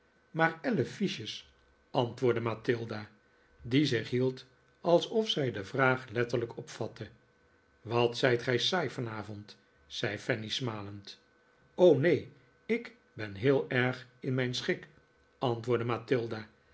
maar elf fiches antwoordde mathilda die zich hield alsof zij de vraag letterlijk opvatte wat zijt gij saai vanavond zei fanny smalend neen i k ben heel erg in mijn schik antwoordde